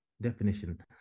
definition